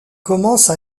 commence